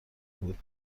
بود